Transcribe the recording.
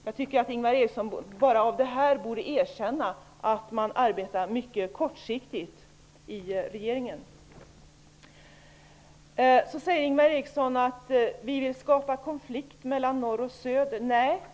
Jag tycker att Ingvar Eriksson bara av den anledningen borde erkänna att regeringen arbetar mycket kortsiktigt. Ingvar Eriksson säger att vi vill skapa konflikt mellan norr och söder.